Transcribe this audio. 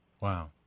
Wow